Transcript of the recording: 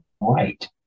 right